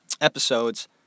episodes